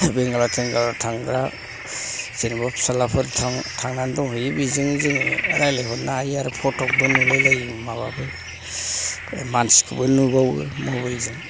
बेंगालर थेंगालर थांग्रा जेन'बा फिसालाफोर थां थांनानै दंहैयो बिजों जोङो रायलायहरनो हायो आरो फटकबो नुलाय लायो माबाबो मानसिखौबो नुबावो मबेलजों